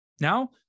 Now